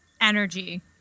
energy